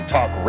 Talk